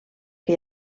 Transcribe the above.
que